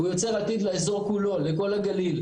הוא יוצר עתיד לאזור כולו, לכל הגליל.